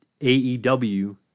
AEW